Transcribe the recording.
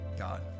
God